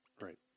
Right